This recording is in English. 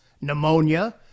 pneumonia